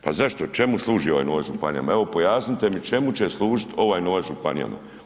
Pa zašto, čemu služi ovaj novac županijama, evo pojasnite mi čemu će služiti ovaj novac županijama?